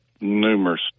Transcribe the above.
numerous